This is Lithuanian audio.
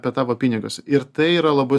apie tavo pinigus ir tai yra labai